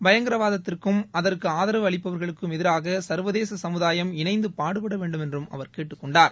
பயங்கரவாதத்திற்கும் அதற்கு ஆதரவு அளிப்பவர்களுக்கும் எதிராக சர்வேதச சமுதாயம் இணைந்து பாடுபட வேண்டும் என்றும் அவர் கேட்டுக்கொண்டார்